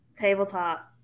Tabletop